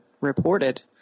reported